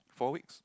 four weeks